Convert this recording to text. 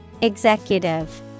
Executive